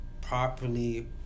Properly